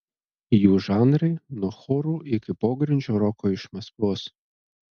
jų žanrai nuo chorų iki pogrindžio roko iš maskvos